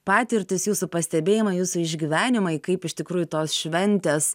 patirtys jūsų pastebėjimai jūsų išgyvenimai kaip iš tikrųjų tos šventės